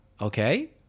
okay